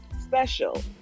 special